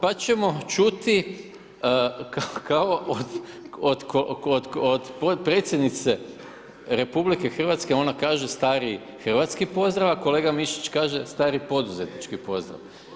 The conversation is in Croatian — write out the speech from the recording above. Pa ćemo čuti kao od predsjednice RH ona kaže stari hrvatski pozdrav a kolega Mišić kaže stari poduzetnički pozdrav.